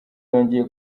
yongeye